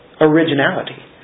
Originality